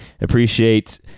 appreciate